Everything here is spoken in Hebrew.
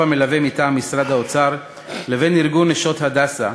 המלווה מטעם משרד האוצר לבין ארגון "נשות הדסה",